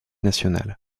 nationale